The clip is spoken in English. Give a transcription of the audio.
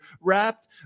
wrapped